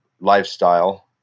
lifestyle